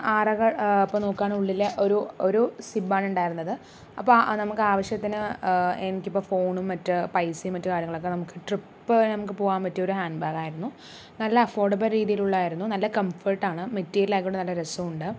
അറകൾ ഇപ്പൊ നോക്കുകയാണെങ്കിൽ ഉള്ളിൽ ഒരു ഒരു സിബ്ബാണ് ഉണ്ടായിരുന്നത് അപ്പോൾ നമുക്ക് ആവശ്യത്തിന് എനിക്കിപ്പോൾ ഫോണും മറ്റ് പൈസയും മറ്റു കാര്യങ്ങളൊക്കെ നമുക്ക് ട്രിപ്പ് നമുക്ക് പോകാൻ പറ്റിയൊരു ഹാൻഡ് ബാഗായിരുന്നു നല്ല അഫൊർഡബിൾ രീതിലുള്ളതായിരുന്നു നല്ല കംഫേർട്ടാണ് മെറ്റിരിയലായിക്കോട്ടേ നല്ല രസമുണ്ട്